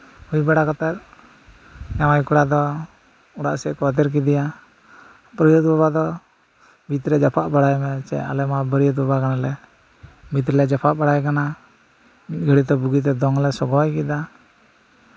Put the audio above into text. ᱦᱩᱭ ᱵᱟᱲᱟ ᱠᱟᱛᱮᱫ ᱡᱟᱶᱟᱭ ᱠᱚᱲᱟ ᱫᱚ ᱚᱲᱟᱜ ᱥᱮᱫ ᱠᱚ ᱟᱫᱮᱨ ᱠᱮᱫᱮᱭᱟ ᱵᱟᱹᱨᱭᱟᱹᱛ ᱠᱚᱲᱟ ᱢᱟ ᱵᱷᱤᱛᱨᱮ ᱡᱟᱯᱟᱜ ᱵᱟᱲᱟᱭ ᱢᱮ ᱟᱞᱮ ᱢᱟ ᱵᱟᱹᱨᱭᱟᱹᱛ ᱵᱟᱵᱟ ᱠᱟᱱᱟᱞᱮ ᱵᱷᱤᱛ ᱨᱮᱞᱮ ᱡᱟᱯᱟᱜ ᱵᱟᱲᱟᱭ ᱠᱟᱱᱟ ᱢᱤᱫᱜᱷᱟᱹᱲᱤᱡ ᱛᱮ ᱵᱩᱜᱤᱛᱮ ᱫᱚᱝᱞᱮ ᱥᱚᱜᱚᱭ ᱠᱮᱫᱟ